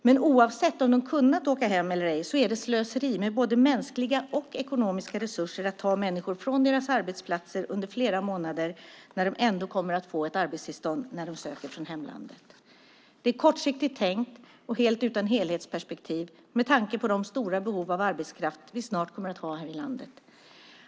Men oavsett om de hade kunnat åka hem eller ej är det slöseri med både mänskliga och ekonomiska resurser att ta människor från deras arbetsplatser under flera månader när de ändå kommer att få ett arbetstillstånd när de söker från hemlandet. Det är kortsiktigt tänkt och helt utan helhetsperspektiv med tanke på de stora behov av arbetskraft vi snart kommer att ha här i landet.